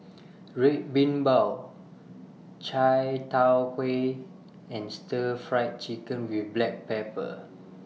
Red Bean Bao Chai Tow Kway and Stir Fried Chicken with Black Pepper